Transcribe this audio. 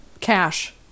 cash